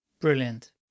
Brilliant